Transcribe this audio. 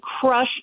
crush